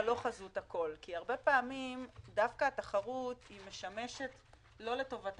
לא חזות הכול כי פעמים רבות דווקא התחרות משמשת לא לטובת